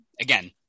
Again